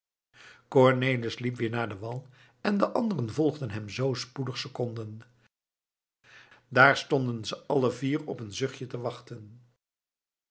cornelis liep weer naar den wal en de anderen volgden hem zoo spoedig ze konden daar stonden ze alle vier op een zuchtje te wachten